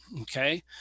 Okay